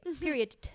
period